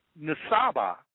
Nasaba